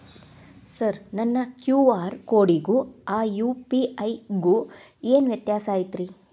Sir ನನ್ನ QR ಕೊಡಿಗೂ ಆ ಯು.ಪಿ.ಐ ಗೂ ಏನ್ ವ್ಯತ್ಯಾಸ ಐತ್ರಿ?